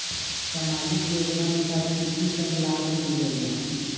समाजिक योजनानुसार कि कि सब लाब मिलीला?